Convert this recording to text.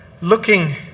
looking